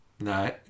No